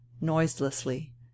noiselessly